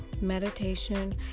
meditation